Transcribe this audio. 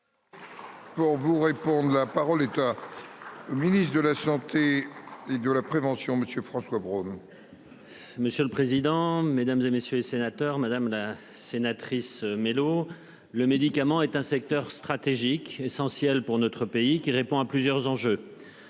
bonne question ! La parole est à M. le ministre de la santé et de la prévention. Monsieur le président, mesdames, messieurs les sénateurs, madame la sénatrice Mélot, le médicament est un secteur stratégique, essentiel pour notre pays, qui répond à plusieurs enjeux